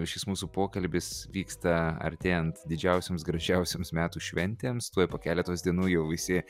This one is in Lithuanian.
šis mūsų pokalbis vyksta artėjant didžiausioms gražiausioms metų šventėms tuoj po keletos dienų jau visi